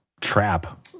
trap